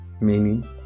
Meaning